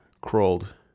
crawled